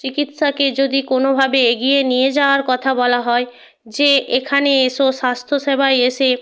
চিকিৎসাকে যদি কোনোভাবে এগিয়ে নিয়ে যাওয়ার কথা বলা হয় যে এখানে এসো স্বাস্থ্য সেবায় এসে